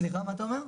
סליחה, מה אתה אומר?